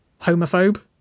Homophobe